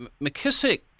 McKissick